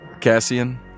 Cassian